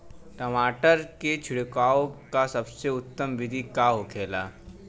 टमाटर में छिड़काव का सबसे उत्तम बिदी का होखेला?